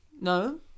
No